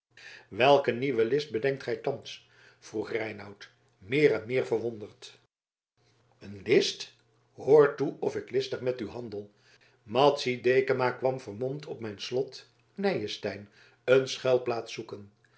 welke nieuwe list bedenkt gij thans vroeg reinout meer en meer verwonderd een list hoor toe of ik listig met u handel madzy dekama kwam vermomd op mijn slot nyenstein een schuilplaats zoeken